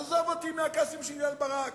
אז עזוב אותי מהכעסים שלי על ברק.